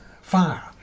fire